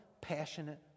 passionate